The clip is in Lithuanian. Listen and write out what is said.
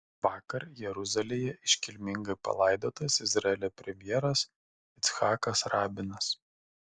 vakar jeruzalėje iškilmingai palaidotas izraelio premjeras icchakas rabinas